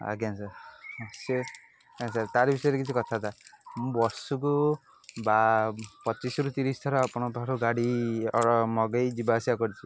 ଆଜ୍ଞା ସାର୍ ସେ ଆଜ୍ଞା ସାର୍ ତା ବିଷୟରେ କିଛି କଥାବାର୍ତ୍ତା ମୁଁ ବର୍ଷକୁ ବା ପଚିଶ୍ରୁୁ ତିରିଶ୍ ଥର ଆପଣଙ୍କ ପାଖରୁ ଗାଡ଼ି ମଗେଇ ଯିବା ଆସିବା କରିଛି